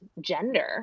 gender